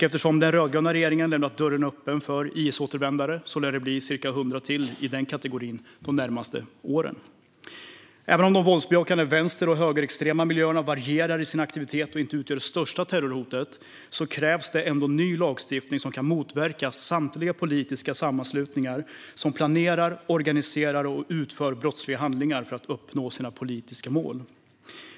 Eftersom den rödgröna regeringen har lämnat dörren öppen för IS-återvändare lär det bli ca 100 till i den kategorin de närmaste åren. Även om de våldsbejakande vänster och högerextrema miljöerna varierar i sina aktiviteter och inte utgör det största terrorhotet krävs det ändå ny lagstiftning som kan motverka samtliga politiska sammanslutningar som planerar, organiserar och utför brottsliga handlingar för att uppnå sina politiska mål.